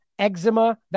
eczema